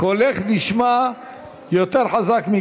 וקולך נשמע יותר חזק, אני